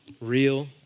Real